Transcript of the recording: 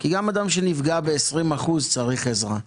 כי גם אדם שנפגע ב-20% צריך עזרה.